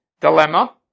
dilemma